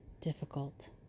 difficult